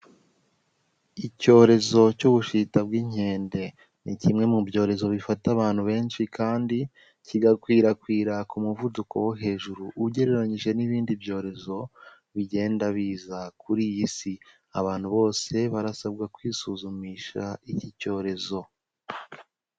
Icyorezo cy'ubushita bw'inkende. Ni kimwe mu byorezo bifata abantu benshi kandi kigakwirakwira ku muvuduko wo hejuru. Ugereranyije n'ibindi byorezo bigenda biza kuri iyi si. Abantu bose barasabwa kwisuzumisha iki cyorezo.